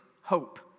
hope